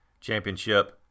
championship